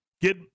Get